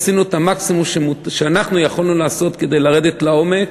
עשינו את המקסימום שיכולנו לעשות כדי לרדת לעומק